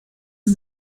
man